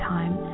Time